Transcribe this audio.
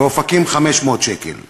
ובאופקים 500 שקל לאזרח.